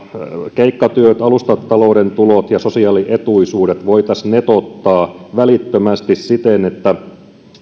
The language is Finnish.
keikkatyöt alustatalouden tulot ja sosiaalietuisuudet voitaisiin netottaa välittömästi siten että